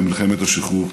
במלחמת השחרור.